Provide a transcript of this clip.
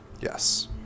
Yes